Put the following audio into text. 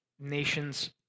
nations